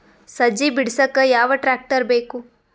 ಸಜ್ಜಿ ಬಿಡಸಕ ಯಾವ್ ಟ್ರ್ಯಾಕ್ಟರ್ ಬೇಕು?